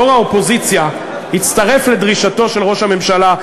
יושב-ראש האופוזיציה הצטרף לדרישתו של ראש הממשלה,